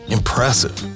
Impressive